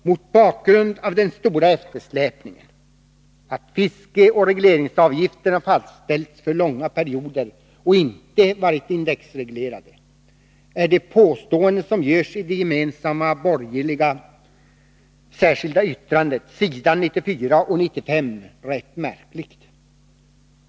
Mot bakgrund av den stora eftersläpningen och av att fiskeoch regleringsavgifterna fastställts för långa perioder och inte varit indexreglerade är de påståenden som görs i det gemensamma borgerliga särskilda yttrandet på s. 94 och 95 i betänkandet rätt märkligt.